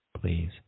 please